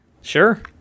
sure